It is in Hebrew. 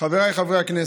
חבריי חברי כנסת,